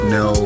no